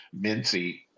Mincy